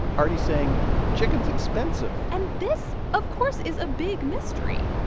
arty's saying chicken is expensive and this, of course, is a big mystery.